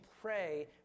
pray